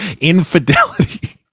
infidelity